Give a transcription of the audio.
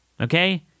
Okay